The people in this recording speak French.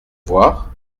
voir